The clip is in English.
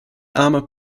armor